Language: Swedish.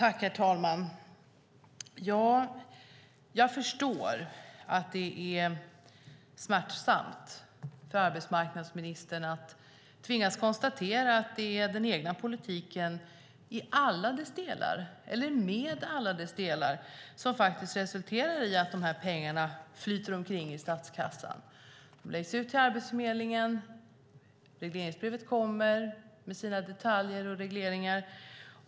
Herr talman! Jag förstår att det är smärtsamt för arbetsmarknadsministern att tvingas konstatera att det är den egna politiken med alla dess delar som resulterar i att de här pengarna flyter omkring i statskassan. De läggs ut till Arbetsförmedlingen. Regleringsbrevet kommer med sina detaljer och regleringar.